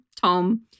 Tom